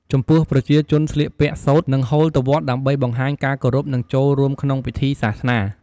ចំពោះប្រជាជនស្លៀកពាក់សូត្រ និងហូលទៅវត្តដើម្បីបង្ហាញការគោរព និងចូលរួមក្នុងពិធីសាសនា។